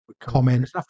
comment